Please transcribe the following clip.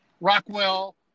Rockwell